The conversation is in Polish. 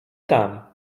tam